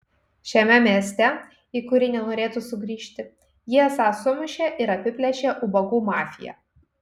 šiame mieste į kurį nenorėtų sugrįžti jį esą sumušė ir apiplėšė ubagų mafija